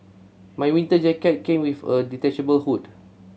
my winter jacket came with a detachable hood